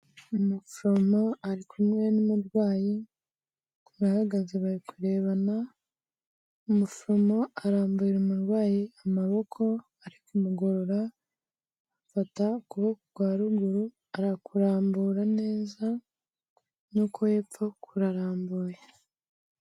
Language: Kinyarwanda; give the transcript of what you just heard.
Umuforomo ari kumwe n'umurwayi, barahagaze bari kurebana. Umuforomo arambuye umurwayi amaboko, ari kumugorora, afata ukuboko kwa ruguru arakurambura neza. N'uko hepfo kurarambuye.